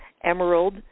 Emerald